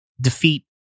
defeat